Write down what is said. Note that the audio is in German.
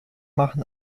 machen